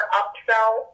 upsell